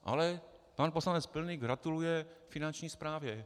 Ale pan poslanec Pilný gratuluje Finanční správě.